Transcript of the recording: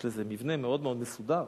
יש לזה מבנה מאוד מאוד מסודר.